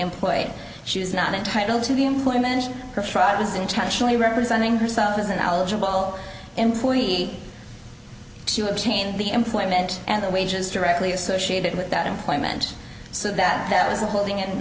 employed she was not entitled to be employment or fraud was intentionally representing herself as a knowledgeable employee to obtain the employment and the wages directly associated with that employment so that that was the whole thing and